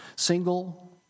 single